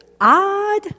odd